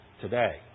Today